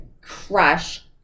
crush